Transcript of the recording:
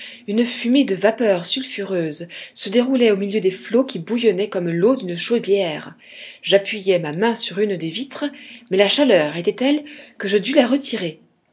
une fumée de vapeurs sulfureuses se déroulait au milieu des flots qui bouillonnaient comme l'eau d'une chaudière j'appuyai ma main sur une des vitres mais la chaleur était telle que je dus la retirer